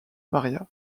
maria